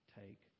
take